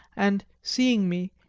and, seeing me,